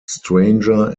stranger